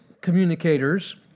communicators